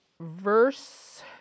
verse